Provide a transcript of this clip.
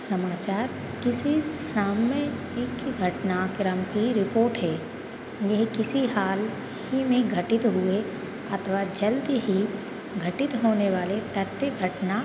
समाचार किसी सामयिक घटना क्रम की रिपोट है यह किसी हाल ही में घटित हुए अथवा जल्द ही घटित होने वाले तथ्य घटना